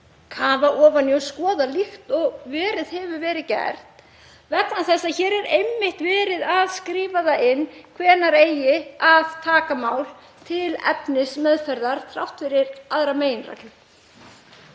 kafa ofan í og skoða líkt og gert hefur verið vegna þess að hér er einmitt verið að skrifa það inn hvenær eigi að taka mál til efnismeðferðar þrátt fyrir aðra meginreglu.